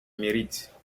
mérite